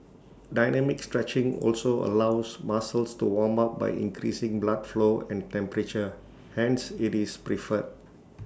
dynamic stretching also allows muscles to warm up by increasing blood flow and temperature hence IT is preferred